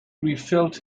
refilled